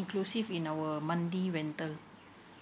inclusive in our monthly rental